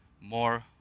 more